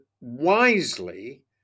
wisely